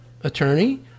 attorney